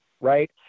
right